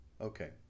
Okay